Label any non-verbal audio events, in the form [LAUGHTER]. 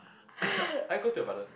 [NOISE] are you close to your brother